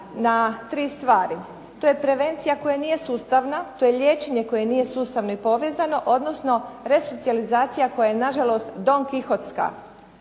na tri stvari. To je prevencija koja nije sustavna, to je liječenje koje nije sustavno i povezano odnosno resocijalizacija koja je nažalost donkihotska.